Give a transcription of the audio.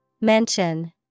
Mention